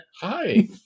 Hi